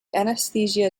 anesthesia